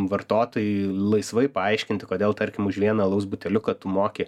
vartotojui laisvai paaiškinti kodėl tarkim už vieną alaus buteliuką tu moki